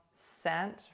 scent